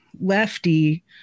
lefty